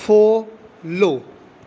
follow